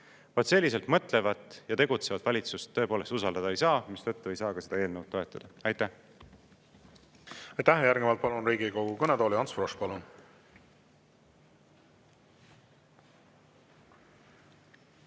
Vaat selliselt mõtlevat ja tegutsevat valitsust tõepoolest usaldada ei saa, mistõttu ei saa ka seda eelnõu toetada. Aitäh! Aitäh! Järgnevalt palun Riigikogu kõnetooli, Ants Frosch. Palun!